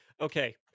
Okay